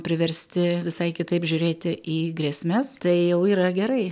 priversti visai kitaip žiūrėti į grėsmes tai jau yra gerai